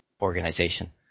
organization